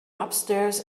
upstairs